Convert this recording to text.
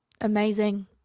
amazing